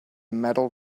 metal